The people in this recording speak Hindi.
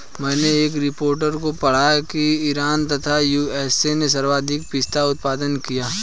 मैनें एक रिपोर्ट में पढ़ा की ईरान तथा यू.एस.ए ने सर्वाधिक पिस्ता उत्पादित किया